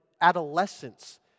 adolescence